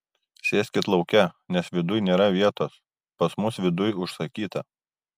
sėskit lauke nes viduj nėra vietos pas mus viduj užsakyta